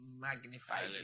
magnified